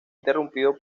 interrumpido